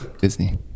Disney